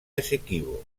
essequibo